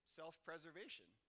self-preservation